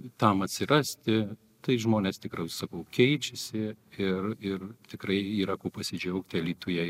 tam atsirasti tai žmonės tikrai sakau keičiasi ir ir tikrai yra kuo pasidžiaugti alytuje